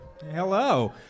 Hello